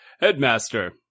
Headmaster